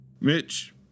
Mitch